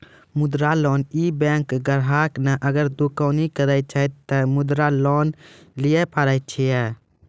मुद्रा लोन ये बैंक ग्राहक ने अगर दुकानी करे छै ते मुद्रा लोन लिए पारे छेयै?